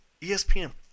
ESPN